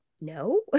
no